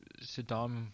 Saddam